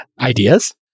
ideas